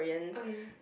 okay